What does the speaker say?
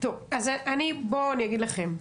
טוב, בואו אני אגיד לכם,